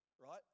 right